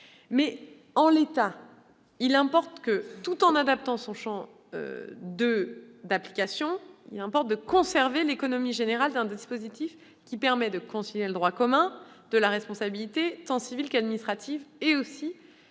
en l'état, il importe, tout en adaptant son champ d'application, de conserver l'économie générale d'un dispositif qui permet de concilier le droit commun de la responsabilité tant civile qu'administrative et la